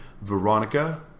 Veronica